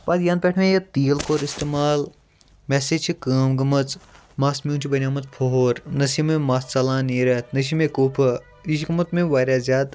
پَتہٕ یَنہٕ پیٹھٕ مےٚ یہِ تیٖل کوٚر اِستعمال مےٚ سے چھِ کٲم گٔمٕژ مَس میون چھُ بَنیومُت پھۄہور نہَ چھُ مےٚ مَس ژَلان نیٖرِتھ نہَ چھ مےٚ کُپھٕ یہِ چھ گوٚمُت مےٚ واریاہ زیادٕ